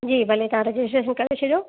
जी भले तव्हां रजिस्ट्रेशन करे छॾियो